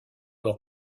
leur